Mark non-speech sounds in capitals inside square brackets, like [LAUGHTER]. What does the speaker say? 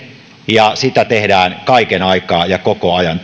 ja sitä tehdään kaiken aikaa ja koko ajan [UNINTELLIGIBLE]